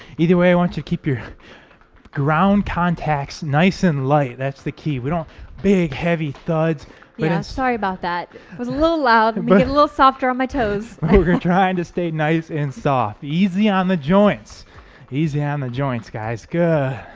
either way i want to keep your ground contacts nice and light that's the key we don't big heavy thuds we're not sorry about that was little loud a but little softer on my toes we're trying to stay nice and soft easy on the joints easy on the joints guys good